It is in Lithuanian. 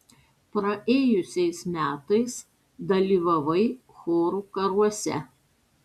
praėjusiais metais dalyvavai chorų karuose